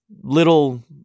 little